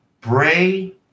Bray